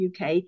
uk